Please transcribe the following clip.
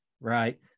right